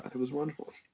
it was wonderful.